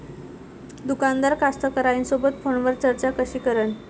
दुकानदार कास्तकाराइसोबत फोनवर चर्चा कशी करन?